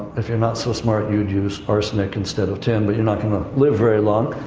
if you're not so smart, you'd use arsenic instead of tin, but you're not going to live very long.